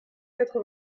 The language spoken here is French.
quatre